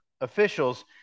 officials